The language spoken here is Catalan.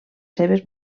seves